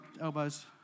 elbows